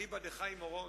אליבא דחיים אורון,